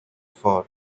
for